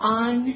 on